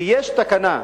כי יש תקנה,